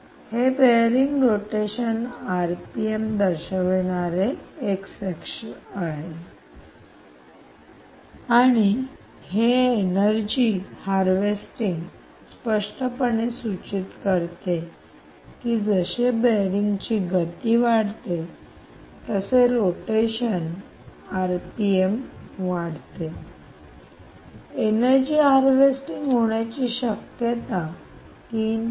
हे bearing rotation RPM दर्शविणारे X अक्ष आहे आणि हे एनर्जी हार्वेस्टिंग स्पष्टपणे सूचित करते की जशी बेअरिंग ची गती वाढते तसे रोटेशन आरपीएम वाढते एनर्जी हार्वेस्टिंग होण्याची शक्यता 3